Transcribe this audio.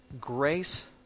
grace